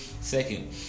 second